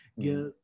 get